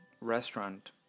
restaurant